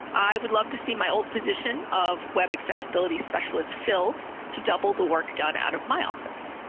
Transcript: i would love to see my old position of web accessibility specialist filled to double the work done out of my office.